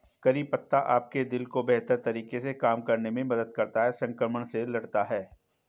करी पत्ता आपके दिल को बेहतर तरीके से काम करने में मदद करता है, संक्रमण से लड़ता है